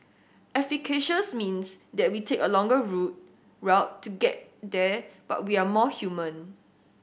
efficacious means that we take a longer route road to get there but we are more human